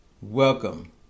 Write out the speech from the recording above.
Welcome